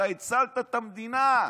אתה הצלת את המדינה.